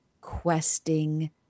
questing